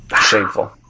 Shameful